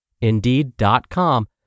Indeed.com